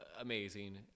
amazing